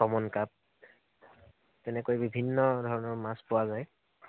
common carp তেনেকৈ বিভিন্ন ধৰণৰ মাছ পোৱা যায়